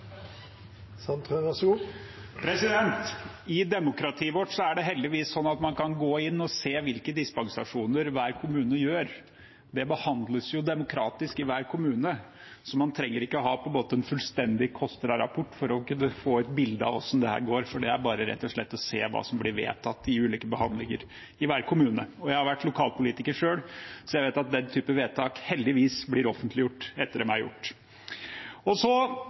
I demokratiet vårt er det heldigvis sånn at man kan gå inn og se hvilke dispensasjoner hver kommune gir. Det behandles demokratisk i hver kommune, så man trenger ikke ha en fullstendig KOSTRA-rapport for å kunne få et bilde av hvordan dette går, for det er rett og slett bare å se hva som blir vedtatt i ulike behandlinger i hver kommune. Jeg har vært lokalpolitiker selv, så jeg vet at den typen vedtak heldigvis blir offentliggjort etter at de er fattet. Så